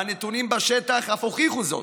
והנתונים בשטח אף הוכיחו זאת.